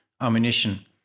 ammunition